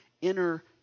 inner